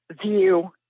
view